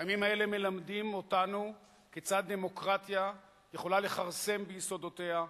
הימים האלה מלמדים אותנו כיצד דמוקרטיה יכולה לכרסם ביסודותיה,